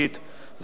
זו הצעת חוק